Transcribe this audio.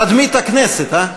תדמית הכנסת, הא?